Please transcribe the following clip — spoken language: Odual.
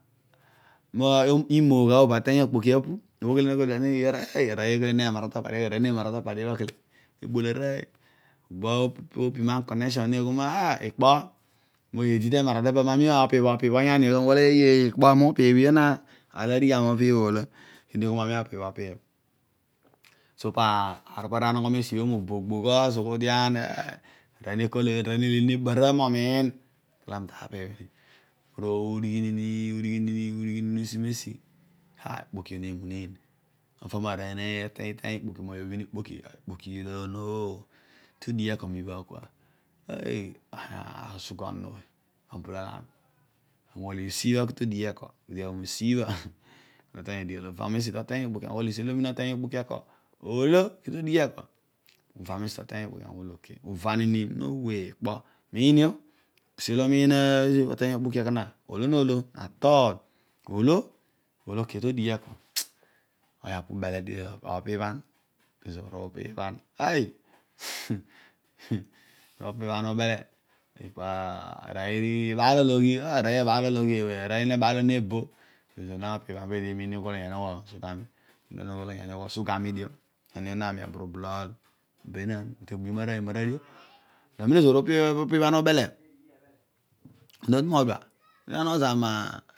Ne mogha mobo ateeny okpoki apu arooy nemara topadi obha kele arooy nemara ikopadi ebha kele, ebol arooy obo opman connection neghol ma ikpo, meedi temara tepa mami opiibh opiibh onyani bho kedio ami ughol eh ye eh, ikpo na ami upiibh io monyani bho na, aar olo adighi ami upiibh na olo, peedi ighol ami opiibh opiibh onyani bho, so pa aar opo aru anogho mesi bho mobo gbogh ozughu dian, arooy nekol, arooy nelegherri ne boro momiin olo ami tapiibh onyani bho udighi nini udighi nini, udighi nini usi mesi, ah ikpoki bho nemuneen, ava marooy bho napin ikpoki bho ikpoki bho ilo, todighi eko mibha bho, eh, ozuga onon ooy, esi bha bho kuto dighi eko, odi aghol asibha ami udighi mezo toteeny okpoki, esi olo omina oteeny okpoki eko olo, olo ki to dighi eko uva nini no way ikpo onyani bho ozuga mi dio onyani bho nami aburublol be, ebuom arooy imara dio amem ezoor uniibhan ubele odi na tu modua odi na nogho zami ah.